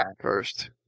first